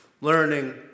learning